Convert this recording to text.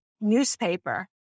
newspaper